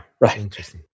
right